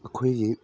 ꯑꯩꯈꯣꯏꯒꯤ